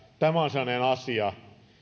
tämä on sellainen asia